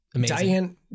Diane